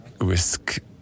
risk